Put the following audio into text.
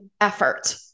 effort